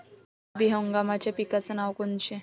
रब्बी हंगामाच्या पिकाचे नावं कोनचे?